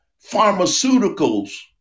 pharmaceuticals